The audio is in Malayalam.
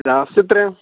ലാസ്റ്റ് എത്രയാണ്